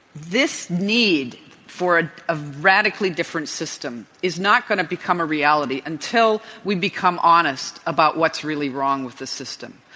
this need for ah a radically different system is not going to become a reality until we become honest about what's really wrong with the system.